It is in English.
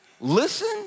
Listen